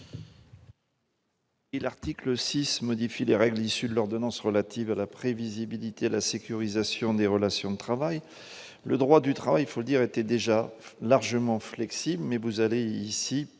l'article VI modifie les règles issues de l'ordonnance relative à la prévisibilité et la sécurisation des relations de travail, le droit du travail, il faut dire, était déjà largement flexible, mais vous avez ici,